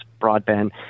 broadband